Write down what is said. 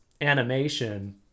animation